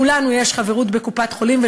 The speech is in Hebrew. לכולנו יש חברות בקופת-חולים,